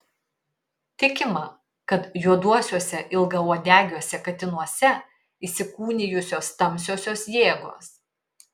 tikima kad juoduosiuose ilgauodegiuose katinuose įsikūnijusios tamsiosios jėgos